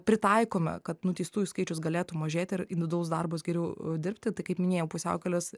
pritaikome kad nuteistųjų skaičius galėtų mažėti ir individualus darbas geriau dirbti tai kaip minėjau pusiaukelės